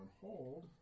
hold